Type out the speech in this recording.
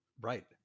Right